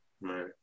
right